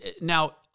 now